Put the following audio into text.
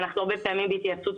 אנחנו הרבה פעמים בהתייעצות,